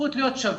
הזכות להיות שווים